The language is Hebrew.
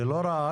זה לא רק